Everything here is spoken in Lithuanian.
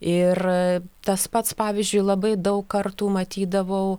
ir tas pats pavyzdžiui labai daug kartų matydavau